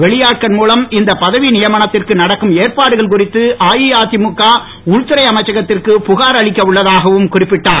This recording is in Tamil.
வெளியாட்கள் மூலம் இந்த பதவி நியமனத்திற்கு ஏற்பாடுகள் குறித்து அதிமுக உள்துறை அமைச்சகத்திற்கு புகார் அளிக்க உள்ளதாகவும் குறிப்பிட்டார்